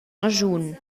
raschun